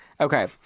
Okay